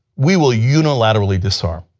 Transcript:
we will unilaterally disarm.